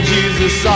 Jesus